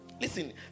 Listen